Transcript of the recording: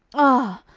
ah!